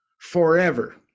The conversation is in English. forever